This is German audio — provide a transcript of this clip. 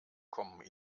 kommen